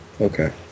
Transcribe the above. Okay